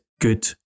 good